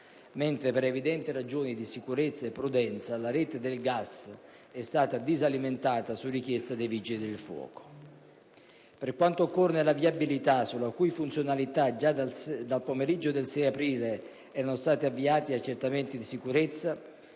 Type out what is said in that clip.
mentre per evidenti ragioni di sicurezza e prudenza la rete del gas è stata disalimentata su richiesta dei Vigili del fuoco. Per quanto concerne la viabilità sulla cui funzionalità, già dal pomeriggio del 6 aprile sono stati avviati gli accertamenti di sicurezza.